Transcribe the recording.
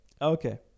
Okay